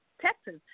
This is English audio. Texas